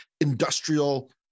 industrial